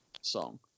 song